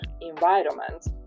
environment